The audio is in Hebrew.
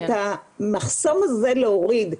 את המחסום הזה להוריד,